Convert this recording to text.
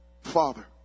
Father